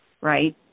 Right